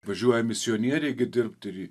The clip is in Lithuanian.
važiuoja misionieriai dirbt ir